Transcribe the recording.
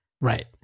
Right